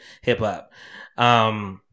hip-hop